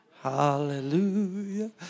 Hallelujah